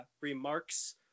remarks